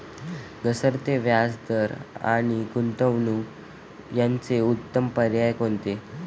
घसरते व्याजदर आणि गुंतवणूक याचे उत्तम पर्याय कोणते?